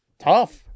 tough